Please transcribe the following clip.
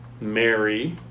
Mary